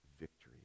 victory